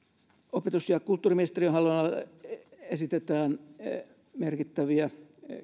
opetus ja kulttuuriministeriön hallinnonalalle esitetään merkittäviä